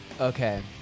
Okay